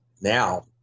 now